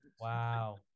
wow